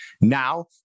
Now